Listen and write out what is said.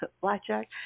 blackjack